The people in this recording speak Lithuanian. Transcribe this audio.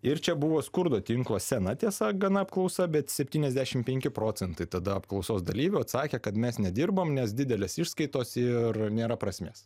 ir čia buvo skurdo tinklo sena tiesa gana apklausa bet septyniasdešimt penki procentai tada apklausos dalyvių atsakė kad mes nedirbam nes didelės išskaitos ir nėra prasmės